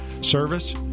Service